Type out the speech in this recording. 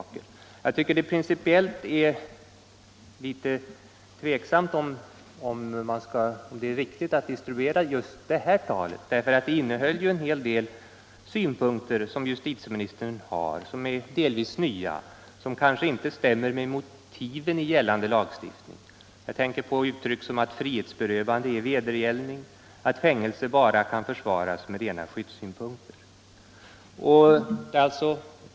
Jag tycker emellertid att det principiellt är litet tveksamt om det är riktigt att distribuera detta tal just därför att det innehöll en hel del synpunkter som är delvis nya och som kanske inte stämmer med motiven i gällande lagstiftning. Jag tänker på uttryck som att frihetsberövande är vedergällning, att fängelse bara kan försvaras med rena skyddssynpunkter.